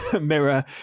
mirror